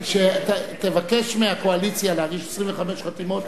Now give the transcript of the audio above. תבקש מהקואליציה להגיש 25 חתימות,